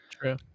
True